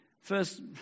First